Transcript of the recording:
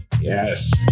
Yes